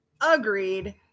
agreed